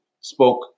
spoke